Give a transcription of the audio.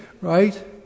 right